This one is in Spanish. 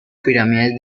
pirámides